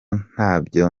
ntabyo